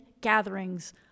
gatherings